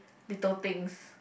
little things